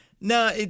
No